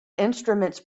instruments